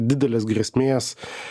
didelės grėsmės